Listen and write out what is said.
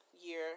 year